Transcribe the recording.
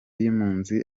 y’impunzi